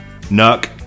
Nuck